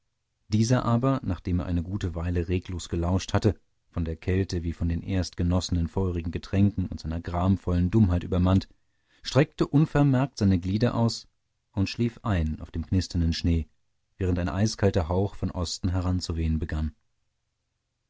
dieser aber nachdem er eine gute weile reglos gelauscht hatte von der kälte wie von den erst genossenen feurigen getränken und seiner gramvollen dummheit übermannt streckte unvermerkt seine glieder aus und schlief ein auf dem knisternden schnee während ein eiskalter hauch von osten heranzuwehen begann